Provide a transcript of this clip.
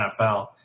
NFL